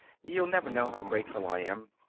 you'll never know how grateful i am.